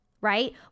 right